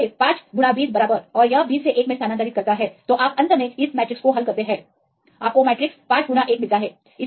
या फिर से 520 बराबर और यह 20 से1 में स्थानांतरित करता है तो आप अंत में इस मैट्रेस को हल करते हैं आपको मैट्रिक्स 51 मिलता है